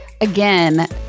again